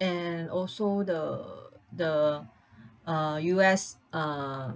and also the the uh U_S uh